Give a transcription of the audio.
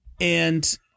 And-